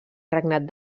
regnat